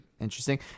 interesting